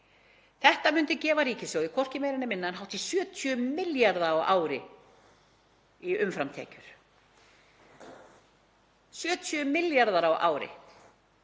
Þetta myndi gefa ríkissjóði hvorki meira né minna en hátt í 70 milljarða á ári í umframtekjur. 70 milljarðar á ári,